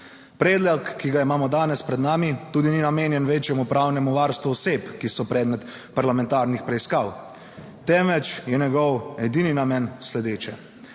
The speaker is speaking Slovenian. Predlog, ki ga imamo danes pred nami, tudi ni namenjen večjemu pravnemu varstvu oseb, ki so predmet parlamentarnih preiskav, temveč je njegov edini namen sledeč: